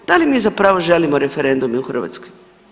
Da li zapravo želimo referendume u Hrvatskoj?